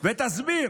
ותסביר